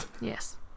Yes